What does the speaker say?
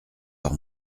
par